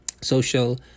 social